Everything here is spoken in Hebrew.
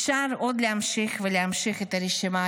אפשר עוד להמשיך ולהמשיך את הרשימה,